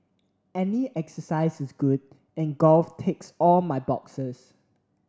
any exercise is good and golf ticks all my boxes